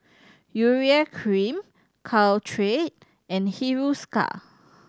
Urea Cream Caltrate and Hiruscar